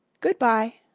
good-by!